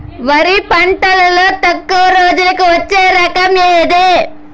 వరి పంటలో తక్కువ రోజులకి వచ్చే రకం ఏది?